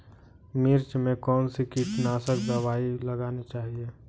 मिर्च में कौन सी कीटनाशक दबाई लगानी चाहिए?